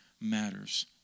matters